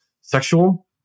sexual